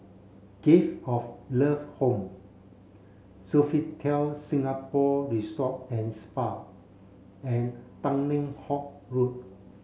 Gift of Love Home Sofitel Singapore Resort and Spa and Tanglin Halt Road